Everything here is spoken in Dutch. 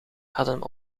hadden